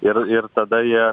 ir ir tada jie